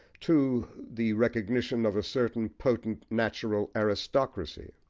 to, the recognition of a certain potent natural aristocracy,